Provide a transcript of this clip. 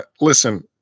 listen